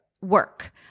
work